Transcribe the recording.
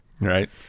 right